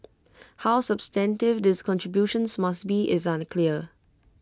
how substantive these contributions must be is unclear